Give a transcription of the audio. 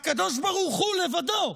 הקדוש ברוך הוא לבדו,